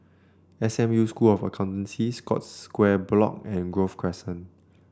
S M U School of Accountancy Scotts Square Block and Grove Crescent